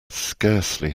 scarcely